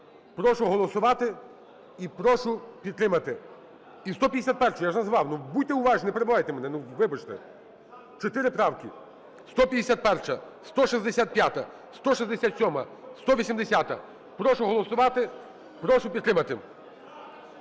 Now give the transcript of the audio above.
Прошу голосувати і прошу підтримати. І 151-у, я ж назвав, будьте уважні, не перебивайте мене, вибачте. Чотири правки: 151-а, 154-а, 167-а, 180-а. Прошу голосувати, прошу підтримати,